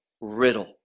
riddle